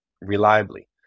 reliably